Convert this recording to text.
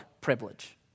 privilege